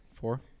four